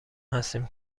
هستیم